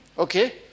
Okay